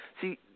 see